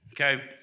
Okay